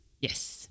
Yes